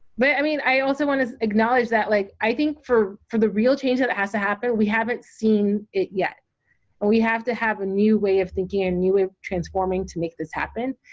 but i mean i also want to acknowledge that like, i think for for the real change that has to happen we haven't seen it yet, and we have to have a new way of thinking, a and new ah transforming to make this happen,